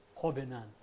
covenant